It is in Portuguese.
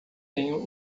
tenho